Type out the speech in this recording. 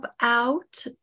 out